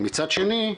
מצד שני,